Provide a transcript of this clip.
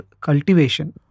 cultivation